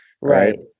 Right